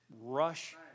rush